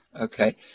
Okay